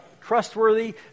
trustworthy